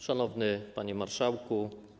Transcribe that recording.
Szanowny Panie Marszałku!